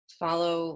follow